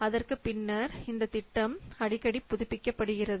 அதற்குப் பின்னர் இந்த திட்டம் அடிக்கடி புதுப்பிக்கப்படுகிறது